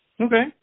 Okay